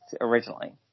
originally